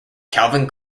calvin